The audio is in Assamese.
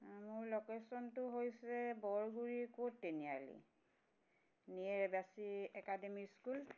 মোৰ লোকেশ্যনটো হৈছে বৰগুৰি পূব তিনিআলি নিয়েৰ এবাচি একাডেমি স্কুল